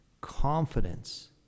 confidence